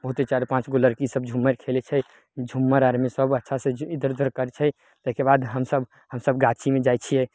बहुते चारि पाँचगो लड़की सभ झूमैर खेलय छै झूमर आरमे सभ अच्छासँ इधर उधर करय छै तैके बाद हमसभ हमसभ गाछीमे जाइ छियै